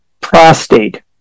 prostate